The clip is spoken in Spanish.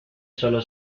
sólo